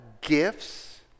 gifts